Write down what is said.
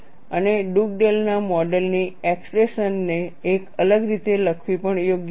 અને ડુગડેલના model Dugdale's modelની એક્સપ્રેશન ને એક અલગ રીતે લખવી પણ યોગ્ય છે